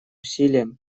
усилия